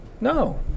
no